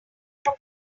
from